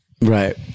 Right